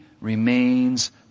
remains